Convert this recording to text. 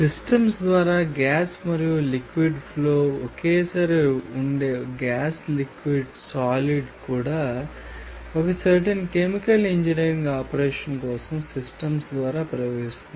systems ద్వారా gas మరియు liquid flow ఒకేసారి ఉండే గ్యాస్ లిక్విడ్ సాలిడ్ కూడా ఒక సర్టెన్ కెమికల్ ఇంజనీర్ ఆపరేషన్ కోసం సిస్టమ్ ద్వారా ప్రవహిస్తుంది